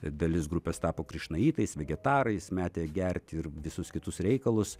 dalis grupės tapo krišnaitais vegetarais metė gerti ir visus kitus reikalus